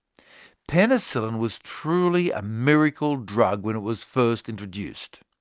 penicillin was truly a miracle drug when it was first introduced.